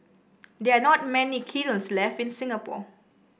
there are not many kilns left in Singapore